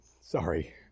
Sorry